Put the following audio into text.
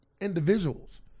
individuals